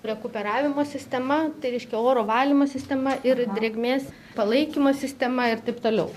rekuperavimo sistema tai reiškia oro valymo sistema ir drėgmės palaikymo sistema ir taip toliau